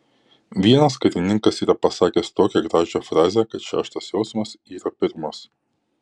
vienas karininkas yra pasakęs tokią gražią frazę kad šeštas jausmas yra pirmas